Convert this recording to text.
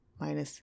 minus